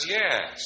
yes